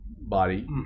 body